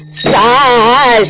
sai